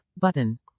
button